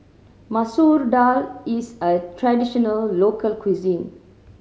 Masoor Dal is a traditional local cuisine